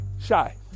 shy